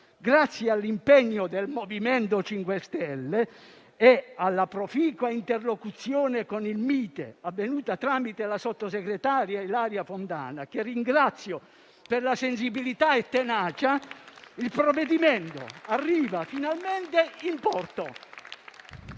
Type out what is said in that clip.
Grazie all'impegno del MoVimento 5 Stelle e alla proficua interlocuzione con il Mite, avvenuta tramite la sottosegretaria Ilaria Fontana, che ringrazio per la sensibilità e la tenacia, il provvedimento arriva finalmente in porto.